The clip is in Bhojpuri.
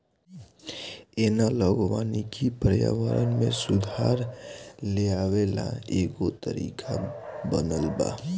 एनालॉग वानिकी पर्यावरण में सुधार लेआवे ला एगो तरीका बनल बा